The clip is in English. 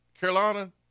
Carolina